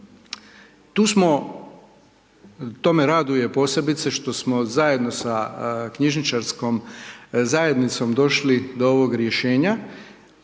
Tu smo, to me raduje posebice što smo zajedno sa Knjižničarskom zajednicom došli do ovog rješenja.